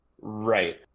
Right